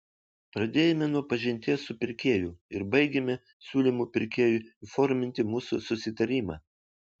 pradėjome nuo pažinties su pirkėju ir baigėme siūlymu pirkėjui įforminti mūsų susitarimą